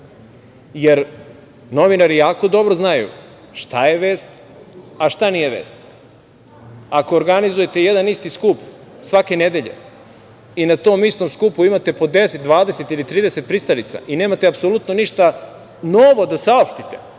jer novinari jako dobro znaju šta je vest, a šta nije vest. Ako organizujete jedan isti skup svake nedelje i na tom istom skupu imate po 10, 20 ili 30 pristalica i nemate apsolutno ništa novo da saopštite,